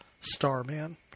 Starman